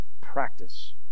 practice